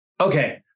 Okay